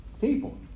people